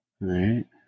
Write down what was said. right